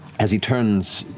as he turns,